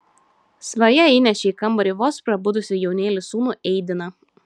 svaja įnešė į kambarį vos prabudusį jaunėlį sūnų eidiną